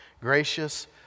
Gracious